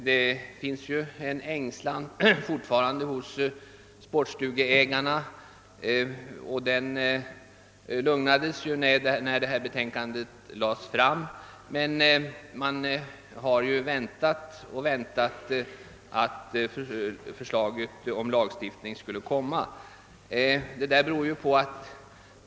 Den ängslan som funnits hos många sportstugeägare dämpades något när arrendelagstiftningens «delbetänkande framlades, men man har väntat och väntar alltjämt på ett lagförslag i ärendet.